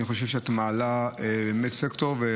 אני חושב שאת מעלה מסר טוב,